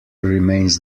remains